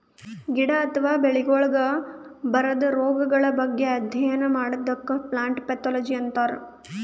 ಗಿಡ ಅಥವಾ ಬೆಳಿಗೊಳಿಗ್ ಬರದ್ ರೊಗಗಳ್ ಬಗ್ಗೆ ಅಧ್ಯಯನ್ ಮಾಡದಕ್ಕ್ ಪ್ಲಾಂಟ್ ಪ್ಯಾಥೊಲಜಿ ಅಂತರ್